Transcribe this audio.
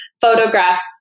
photographs